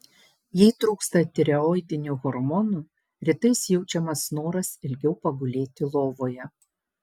jei trūksta tireoidinių hormonų rytais jaučiamas noras ilgiau pagulėti lovoje